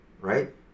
right